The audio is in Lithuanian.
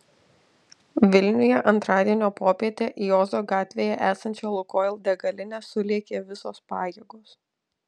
vilniuje antradienio popietę į ozo gatvėje esančią lukoil degalinę sulėkė visos pajėgos